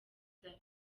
zari